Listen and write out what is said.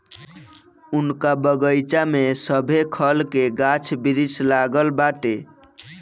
उनका बगइचा में सभे खल के गाछ वृक्ष लागल बाटे